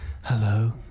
hello